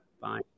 Bye